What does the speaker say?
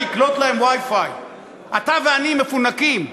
שיקלוט להם WiFi. אתה ואני מפונקים.